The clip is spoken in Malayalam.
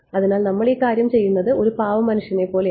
അതിനാൽ നമ്മൾ ഈ കാര്യം ചെയ്യുന്നത് ഒരു പാവം മനുഷ്യനെപ്പോലെയാണ്